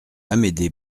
amédée